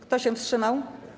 Kto się wstrzymał?